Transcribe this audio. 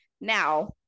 Now